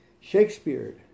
Shakespeare